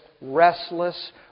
restless